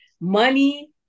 money